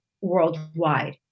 worldwide